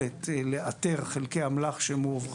כולם שוחררו אחרי חודש חודשיים.